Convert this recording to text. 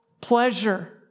pleasure